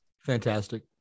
fantastic